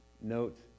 Note